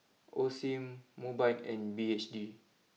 Osim Mobike and B H G